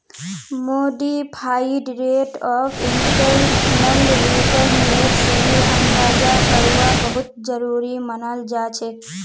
modified rate of internal रिटर्नेर सही अंदाजा करवा बहुत जरूरी मनाल जाछेक